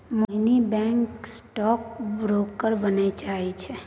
मोहिनी stock broker बनय चाहै छै